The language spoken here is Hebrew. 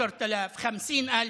10,000, 50,000,